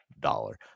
dollar